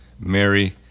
Mary